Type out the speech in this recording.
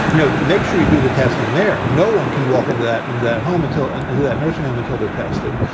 you know, make sure you do the testing there. no one can walk into that and that home until and that nursing home until they're tested.